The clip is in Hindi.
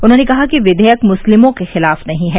उन्होंने कहा कि विधेयक मुस्लिमों के खिलाफ नहीं है